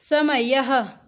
समयः